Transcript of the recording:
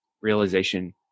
realization